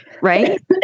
right